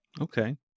Okay